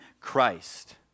Christ